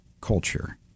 culture